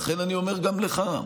לכן אני אומר גם לך,